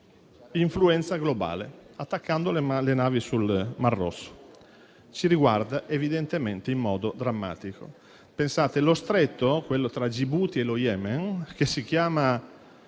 influenza globale, attaccando le navi sul mar Rosso. Ci riguarda evidentemente in modo drammatico. Pensate che lo stretto tra Gibuti e lo Yemen si chiama